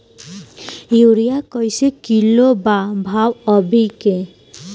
Urea कइसे kilo बा भाव अभी के?